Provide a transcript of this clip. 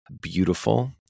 beautiful